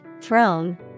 throne